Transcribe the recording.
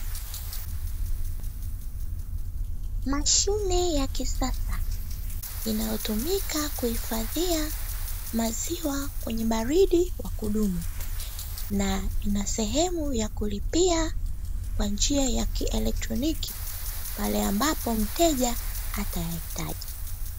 Mashine ya kisasa inaotumika kuhifadhia maziwa kwenye baridi wa kudumu, na ina sehemu ya kulipia kwa njia ya kielekroniki pale ambapo mteja atahitaji.